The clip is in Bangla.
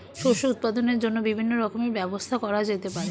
শস্য উৎপাদনের জন্য বিভিন্ন রকমের ব্যবস্থা করা যেতে পারে